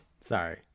Sorry